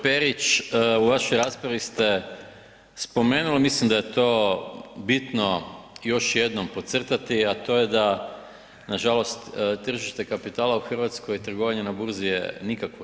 Perić, u vašoj raspravi ste spomenuli, mislim da je to bitno još jednom podcrtati, a to je da nažalost tržište kapitala u RH i trgovanje na burzi je nikakvo.